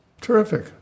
Terrific